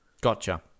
gotcha